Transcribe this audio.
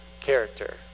character